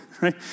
right